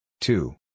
Two